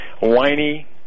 whiny